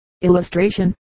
Illustration